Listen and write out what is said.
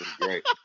great